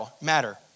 matter